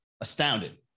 astounded